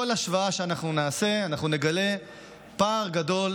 בכל השוואה שאנחנו נעשה אנחנו נגלה פער גדול,